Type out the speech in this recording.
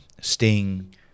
Sting –